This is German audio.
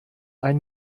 ein